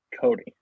Cody